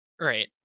Right